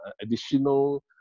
additional